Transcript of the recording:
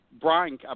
Brian